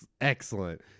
Excellent